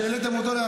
כשהעליתם אותו,